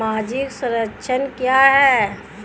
सामाजिक संरक्षण क्या है?